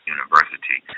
University